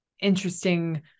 interesting